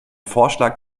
vorschlag